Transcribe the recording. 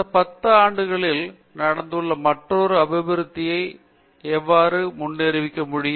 கடந்த 10 ஆண்டுகளில் நடந்துள்ள மற்றொரு அபிவிருத்தியை எவ்வாறு முன்னறிவிக்க வேண்டும்